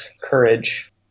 courage